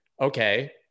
okay